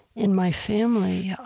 in my family.